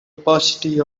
opacity